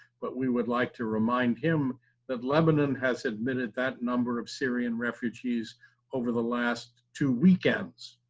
but we would like to remind him that lebanon has admitted that number of syrian refugees over the last two weekends!